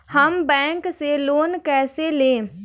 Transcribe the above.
हम बैंक से लोन कैसे लें?